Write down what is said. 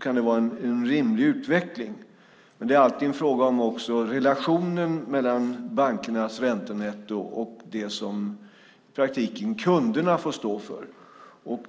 kan vara en rimlig utveckling. Men det är alltid också en fråga om relationen mellan bankernas räntenetto och det som kunderna i praktiken får stå för.